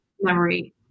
memory